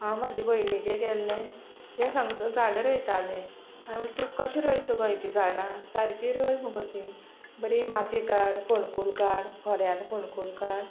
हांव म्हज्या भयणीगे गेल्लें ते सांगता झाडां रोयतालें हांवें म्हणलें तूं कशें रोयता गो हीं झाडां सारकीं रोंय मुगो तीं बरी माती काड खोणकूल काड खोऱ्यान खोणकूल काड